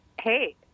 Hey